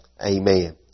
Amen